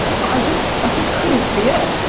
but i just i just couldn't see it.